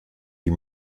die